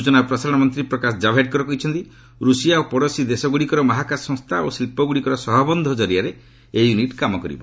ସୂଚନା ଓ ପ୍ରସାରଣ ମନ୍ତ୍ରୀ ପ୍ରକାଶ ଜାବ୍ଡେକର କହିଛନ୍ତି ରୁଷିଆ ଓ ପଡ଼ୋଶୀ ଦେଶଗୁଡ଼ିକର ମହାକାଶ ସଂସ୍ଥା ଓ ଶିଳ୍ପଗୁଡ଼ିକର ସହବନ୍ଧ ଜରିଆରେ ଏହି ୟୁନିଟ୍ କାମ କରିବ